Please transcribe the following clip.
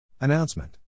Announcement